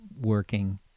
working